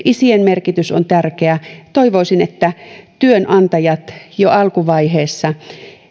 isien merkitys on tärkeä toivoisin että työnantajat jo alkuvaiheessa